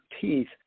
teeth